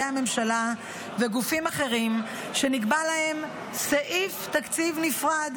הממשלה וגופים אחרים שנקבע להם סעיף תקציב נפרד,